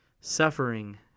suffering